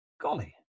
golly